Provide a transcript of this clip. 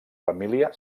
família